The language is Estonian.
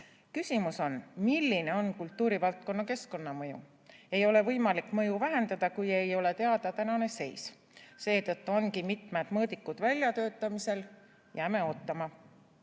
Küsimus on, milline on kultuurivaldkonna keskkonnamõju. Ei ole võimalik mõju vähendada, kui ei ole teada tänane seis. Seetõttu ongi mitmed mõõdikud väljatöötamisel. Jääme ootama.